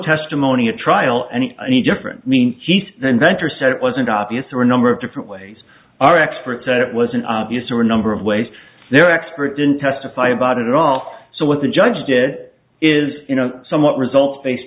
testimony at trial any different means the inventor said it wasn't obvious or a number of different ways our expert said it wasn't obvious to a number of ways their expert didn't testify about it all so what the judge did is you know somewhat results based